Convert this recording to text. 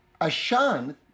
ashan